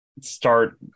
start